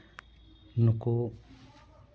ᱱᱩᱠᱩ